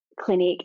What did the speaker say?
clinic